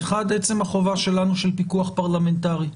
האחד, עצם החובה שלנו של פיקוח פרלמנטרי.